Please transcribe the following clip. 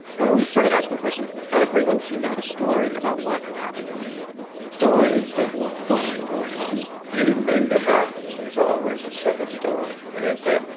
and when we started asking questions, everyone seemed to have a story about what had happened to reeb stories that went flying going around anything that happens, there's always a second story they say,